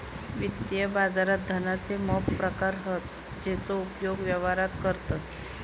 वित्तीय बाजारात धनाचे मोप प्रकार हत जेचो उपयोग व्यवहारात करतत